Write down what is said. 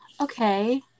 Okay